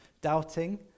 doubting